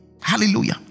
Hallelujah